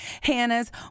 Hannah's